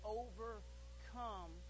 overcome